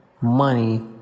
money